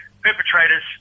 perpetrators